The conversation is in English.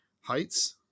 heights